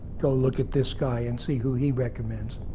go look at this guy, and see who he recommends.